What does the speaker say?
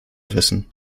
wissen